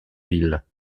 ville